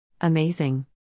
Amazing